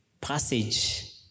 passage